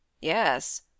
Yes